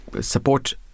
Support